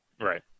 Right